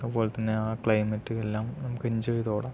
അതുപോലെ തന്നെ ആ ക്ലൈമറ്റ് എല്ലാം നമുക്ക് എന്ജോയ് ചെയ്ത് ഓടാം